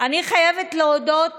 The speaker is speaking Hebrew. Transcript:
אני חייבת להודות